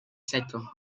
seco